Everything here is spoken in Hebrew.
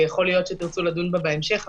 ויכול להיות שתרצו לדון בה בהמשך,